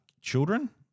children